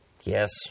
Yes